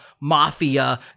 mafia